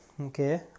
okay